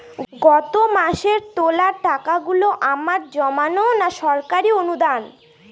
গত মাসের তোলা টাকাগুলো আমার জমানো না সরকারি অনুদান?